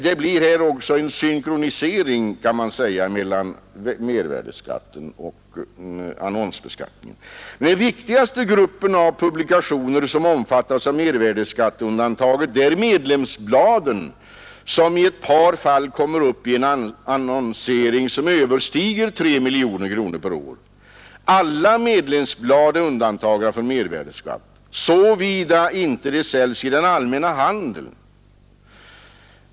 Det blir här också en synkronisering mellan mervärdeskatten och annonsbeskattningen. Men den viktigaste gruppen av publikationer som omfattas av mervärdeskatteundantaget är medlemsbladen, som i ett par fall kommer upp i en annonsering som överstiger 3 miljoner kronor per år. Alla medlemsblad är undantagna från mervärdeskatt, såvida de inte säljs i den allmänna handeln.